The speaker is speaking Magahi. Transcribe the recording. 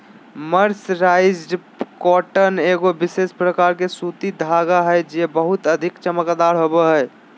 मर्सराइज्ड कॉटन एगो विशेष प्रकार के सूती धागा हय जे बहुते अधिक चमकदार होवो हय